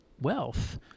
wealth